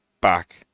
back